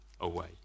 away